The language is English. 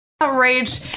Outrage